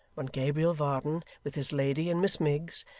when gabriel varden, with his lady and miss miggs,